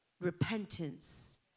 repentance